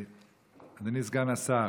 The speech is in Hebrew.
אדוני סגן השר,